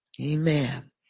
Amen